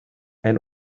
and